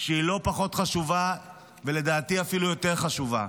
שהיא לא פחות חשובה ולדעתי אפילו יותר חשובה: